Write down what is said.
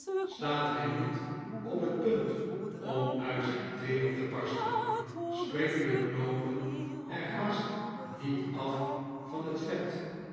staat hij niet op het punt om uit zijn kleeren te barsten springen de knoopen er haast niet af van het vet